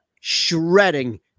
shredding